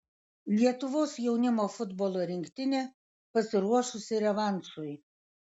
lietuvos jaunimo futbolo rinktinė pasiruošusi revanšui